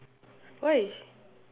why